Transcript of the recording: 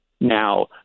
now